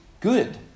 good